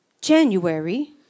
January